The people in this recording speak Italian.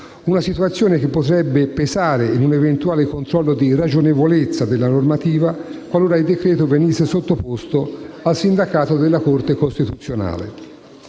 Una situazione che potrebbe pesare in un eventuale controllo di ragionevolezza della normativa, qualora il decreto-legge venisse sottoposto al sindacato della Corte costituzionale.